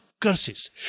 curses